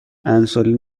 انسولین